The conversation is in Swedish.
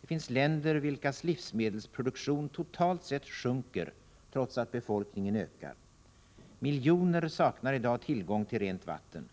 Det finns länder, vilkas livsmedelsproduktion totalt sett sjunker trots att befolkningen ökar. Miljoner människor saknar i dag tillgång till rent vatten.